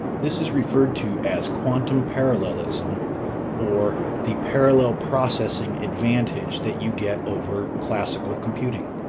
this is referred to as quantum parallelism or the parallel processing advantage that you get over classical computing.